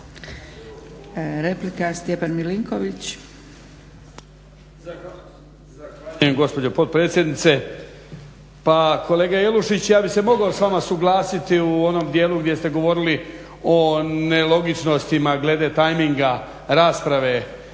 Replika, Stjepan Milinković.